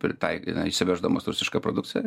pritai įsiveždamos rusišką produkciją